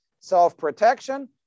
self-protection